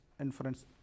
inference